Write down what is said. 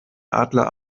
adler